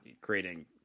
creating